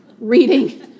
reading